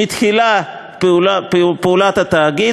שמתחילת פעולת התאגיד,